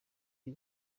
iri